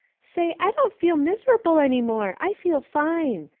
say, i don't feel mis'rubul any more. i feel fine.